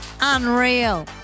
Unreal